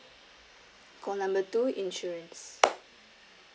call number two insurance